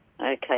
Okay